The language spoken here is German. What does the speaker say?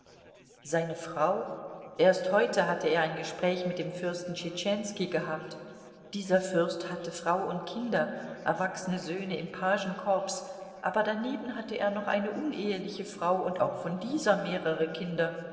seine frau erst heute hatte er ein gespräch mit dem fürsten tschetschenski gehabt dieser fürst hatte frau und kinder erwachsene söhne im pagenkorps aber daneben hatte er noch eine uneheliche frau und auch von dieser mehrere kinder